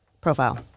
profile